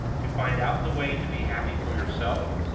to find out the way to be happy for yourself,